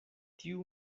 tiu